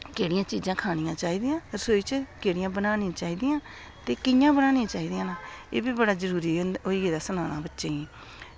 केह्ड़ियां चीज़ां खानियां चाही दियां रसोई बिच केह्ड़ियां बनाना चाही दियां ते कियां बनाना चाही दियां न एह्बी बड़ा जरूरी होई गेदा सनाना बच्चें ई